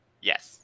Yes